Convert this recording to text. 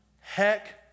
Heck